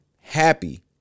happy